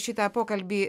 šitą pokalbį